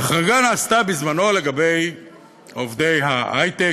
ההחרגה נעשתה בזמנו לגבי עובדי ההייטק,